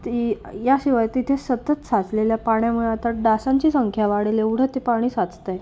ती याशिवाय तिथे सतत साचलेल्या पाण्यामुळे आता डासांची संख्या वाढेल एवढं ते पाणी साचतंय